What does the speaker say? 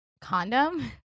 condom